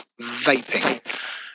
vaping